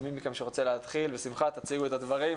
מי מכם שרוצה להתחיל, בשמחה, תציגו את הדברים.